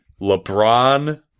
LeBron